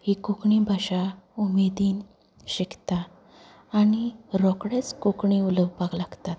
ही कोंकणी भाशा उमेदीन शिकता आनी रोखडेंच कोंकणी उलोवपाक लागतात